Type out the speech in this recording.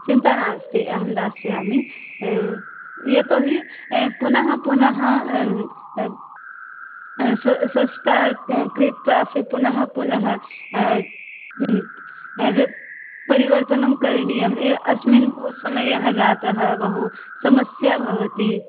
चिन्ता नास्ति अहं दास्यामि यतोहि पुनः पुनः स सस्ता क्रीत्वास्य पुनः पुनः वि परिवर्तनं करणीयम् अस्मिन् समयः जातः बहु समस्या भवति